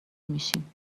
میشیم